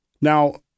Now